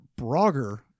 Brogger